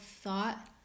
thought